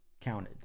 counted